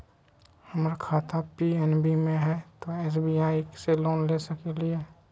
हमर खाता पी.एन.बी मे हय, तो एस.बी.आई से लोन ले सकलिए?